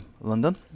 London